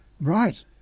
Right